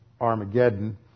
Armageddon